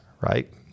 right